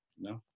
No